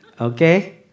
Okay